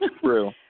True